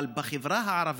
אבל בחברה הערבית,